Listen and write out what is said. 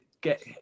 get